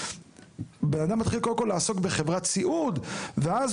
בן אדם מתחיל לעסוק קודם כל בחברת סיעוד ואז